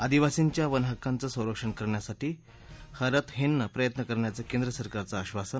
आदिवासींच्या वनहक्कांचं संरक्षण करण्यासाठी हरत हेनं प्रयत्न करण्याचं केंद्र सरकारचं आश्वासन